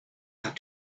had